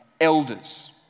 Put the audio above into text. elders